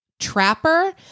trapper